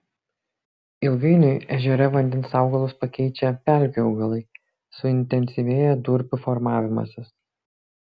ilgainiui ežere vandens augalus pakeičia pelkių augalai suintensyvėja durpių formavimasis